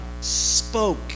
spoke